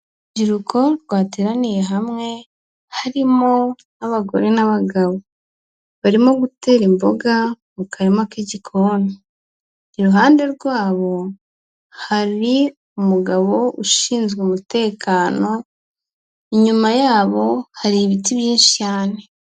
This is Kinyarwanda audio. Urubyiruko rwateraniye hamwe, harimo n'abagore, n'abagabo, barimo gutera imboga mu karima k'igikoni, iruhande rwabo hari umugabo ushinzwe umutekano, inyuma yabo hari ibiti byinshi cyane.